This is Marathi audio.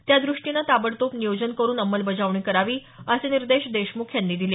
त्यादृष्टीने ताबडतोब नियोजन करून अंमलबजावणी करावी असे निर्देश देशमुख यांनी दिले